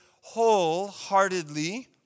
wholeheartedly